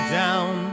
down